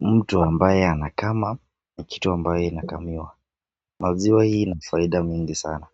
mtu ambaye anakama kitu ambaye inakamiwa. Maziwa hii ina faida mingi sana.